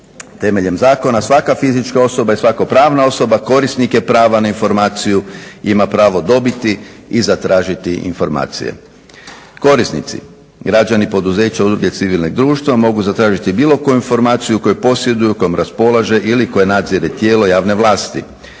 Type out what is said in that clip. Temeljem zakona svaka fizička osoba i svaka pravna osoba korisnik je prava na informaciju i ima pravo dobiti i zatražiti informacije. Korisnici – građani, poduzeća, udruge civilnog društva mogu zatražiti bilo koju informaciju koju posjeduju, kojom raspolaže ili koja nadzire tijelo javne vlasti.